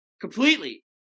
completely